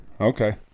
okay